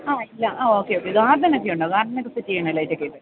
ആ ഇല്ല ആ ഓക്കെ ഓക്കെ ഗാർഡനൊക്കെ ഉണ്ടോ ഗാർഡനൊക്കെ സെറ്റ് ചെയ്യണമല്ലോ ഹൈടെക്ക് ആയിട്ട്